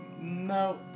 No